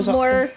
more